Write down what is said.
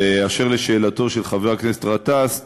באשר לשאלתו של חבר הכנסת גטאס,